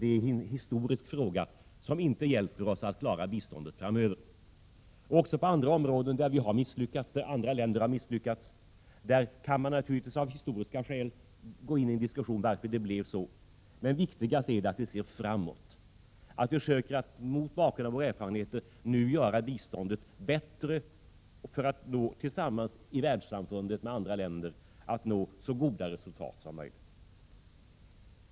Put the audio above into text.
Det är en historisk fråga som inte hjälper oss att klara biståndet framöver. Även på andra områden där vi har misslyckats, där andra länder har misslyckats, kan man av historiska skäl gå in i en diskussion om varför det blev så. Men viktigast är att vi ser framåt och försöker att mot bakgrund av våra erfarenheter nu göra biståndet bättre för att tillsammans med världssamfundet, i andra länder, nå så goda resultat som möjligt.